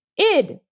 Id